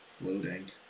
Loading